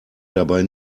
dabei